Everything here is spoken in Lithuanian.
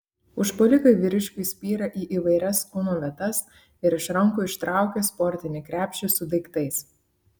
užpuolikai vyriškiui spyrė į įvairias kūno vietas ir iš rankų ištraukė sportinį krepšį su daiktais